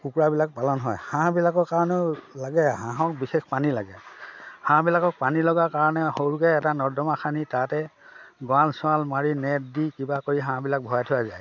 কুকুৰাবিলাক পালন হয় হাঁহবিলাকৰ কাৰণেও লাগে হাঁহক বিশেষ পানী লাগে হাঁহবিলাকক পানী লগাৰ কাৰণে সৰুকৈ এটা নৰ্দমা খান্দি তাতে ৱাল চোৱাল মাৰি নেট দি কিবা কৰি হাঁহবিলাক ভৰাই থোৱা যায়